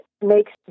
makes